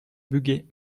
bugey